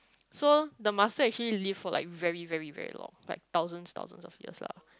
so the master actually live for like very very very long like thousands thousands of years lah